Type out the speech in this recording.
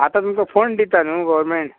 आतां तुमकां फंड दिता न्हू गोवोरमेंट